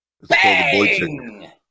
bang